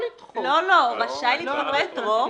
מתאגיד בנקאי,